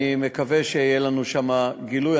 אני מקווה שיהיה לנו שם גילוי.